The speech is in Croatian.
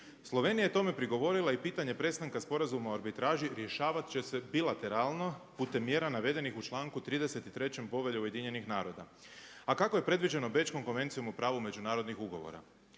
Slovenija je tome prigovorila i pitanje prestanka Sporazuma o arbitraži rješavat će se bilateralno putem mjera navedenih u članku 33. Povelje Ujedinjenih naroda a kako je predviđeno Bečkom konvencijom o pravu međunarodnih ugovora.